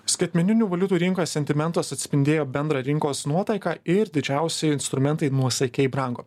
skaitmeninių valiutų rinkos sentimentas atspindėjo bendrą rinkos nuotaiką ir didžiausi instrumentai nuosaikiai brango